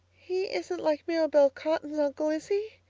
he. isn't like mirabel cotton's uncle, is he?